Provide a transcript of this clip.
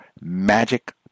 magic